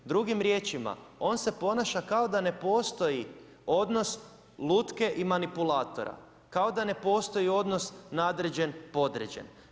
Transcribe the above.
Drugim riječima, on se ponaša kao da ne postoji odnos lutke i manipulatora, kada da ne postoji odnos nadređen podređen.